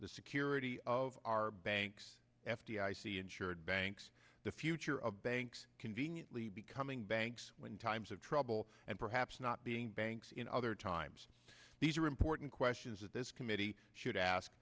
the security of our banks f d i c insured banks the future of banks conveniently becoming banks when times of trouble and perhaps not being banks in other times these are important questions that this committee should ask